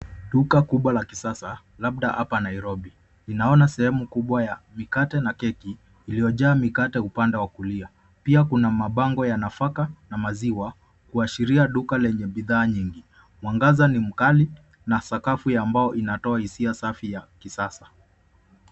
Duka kubwa la kisasa, labda hapa Nairobi ,inaona sehemu kubwa ya mikate na keki, iliyojaa mikate upande wa kulia. Pia kuna mabango ya nafaka, na maziwa, kuashiria duka lenye bidhaa nyingi. Mwangaza ni mkali, na sakafu ya mbao inatoa hisia safi ya kisasa.